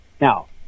Now